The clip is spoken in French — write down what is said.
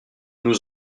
nous